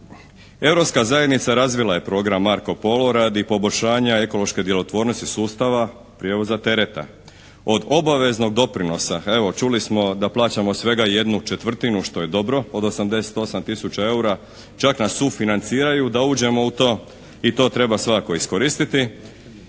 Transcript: Europska zajednica razvila je program "Marko Polo" radi poboljšanja ekološke djelotvornosti sustava, prijevoza tereta. Od obaveznog doprinosa evo čuli smo da plaćamo svega 1/4, što je dobro, od 88 tisuća eura čak nas sufinanciraju da uđemo u to i to treba svakako iskoristiti.